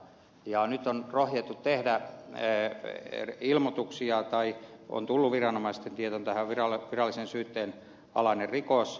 ja nyt on rohjettu tehdä ilmoituksia tai on tullut viranomaisten tietoon tämähän on virallisen syytteen alainen rikos